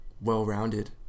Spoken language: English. well-rounded